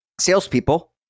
salespeople